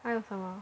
还有什么